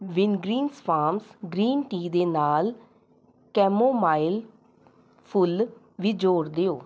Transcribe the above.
Wingreens farms green tea ਦੇ ਨਾਲ chamomile ਫੁੱਲ ਵੀ ਜੋੜ ਦਿਓ